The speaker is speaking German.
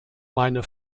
meine